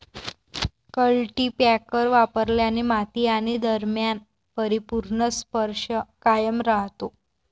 cultipacker वापरल्याने माती आणि दरम्यान परिपूर्ण स्पर्श कायम राहतो